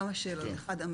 כמה שאלות אחת,